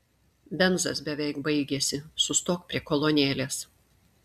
benzas beveik baigėsi sustok prie kolonėlės